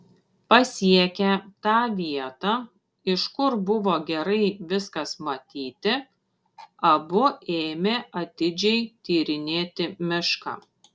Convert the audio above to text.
pasiekę tą vietą iš kur buvo gerai viskas matyti abu ėmė atidžiai tyrinėti mišką